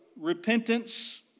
repentance